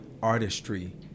Artistry